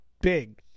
big